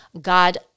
God